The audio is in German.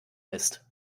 ist